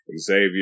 Xavier